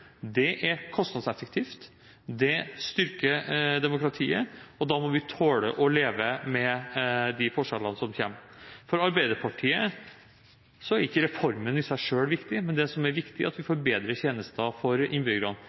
Det er kostnadseffektivt. Det styrker demokratiet, og da må vi tåle å leve med de forskjellene som kommer. For Arbeiderpartiet er ikke reformen i seg selv viktig, men det som er viktig, er at vi får bedre tjenester for innbyggerne.